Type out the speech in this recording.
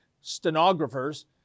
stenographers